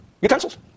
utensils